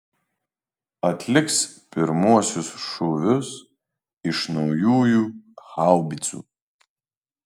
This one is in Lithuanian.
atliks pirmuosius šūvius iš naujųjų haubicų